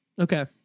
okay